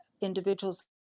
individuals